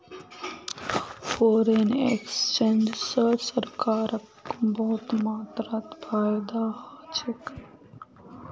foreign exchange स सरकारक बहुत मात्रात फायदा ह छेक